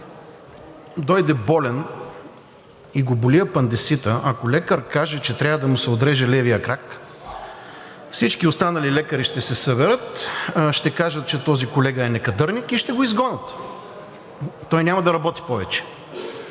лекар дойде болен и го боли апендицита, ако лекар каже, че трябва да му се отреже левият крак, всички останали лекари ще се съберат, ще кажат, че този колега е некадърник и ще го изгонят – той няма да работи повече.